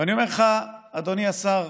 ואני אומר לך, אדוני השר,